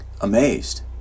amazed